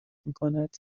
میکند